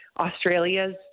Australia's